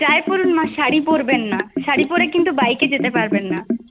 যাই পড়ুন মা শাড়ি পরবেন না শাড়ি পরে কিন্তু বাইকে যেতে পারবেন না